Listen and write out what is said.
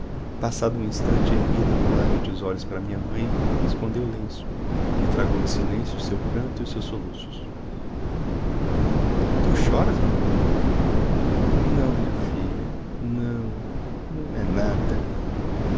passando um instante ergui tranqüilamente os olhos para minha mãe que escondeu o lenço e tragou em silêncio o seu pranto e os seus soluços tu choras mamãe não minha filha não não é nada